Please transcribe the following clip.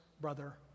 brother